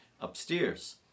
upstairs